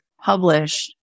published